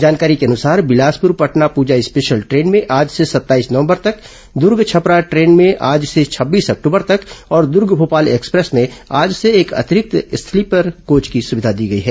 जानकारी के अनुसार बिलासपुर पटना पूजा स्पेशल ट्रेन में आज से सत्ताईस नवंबर तक दुर्ग छपरा ट्रेन में आज से छब्बीस अक्टूबर तक और दूर्ग भोपाल एक्सप्रेस में आज से एक अतिरिक्त स्लीपर कोच की सुविधा दी गई है